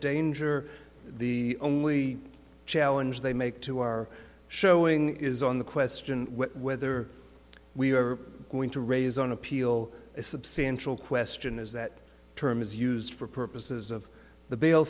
danger the only challenge they make to our showing is on the question whether we are going to raise on appeal a substantial question is that term is used for purposes of the bail